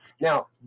Now